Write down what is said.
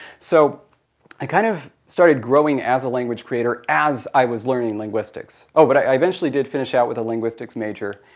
so i kind of started growing as a language creator as i was learning linguistics. oh, but i eventually did finish out with a linguistics major,